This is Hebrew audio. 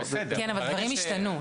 כן, אבל דברים השתנו.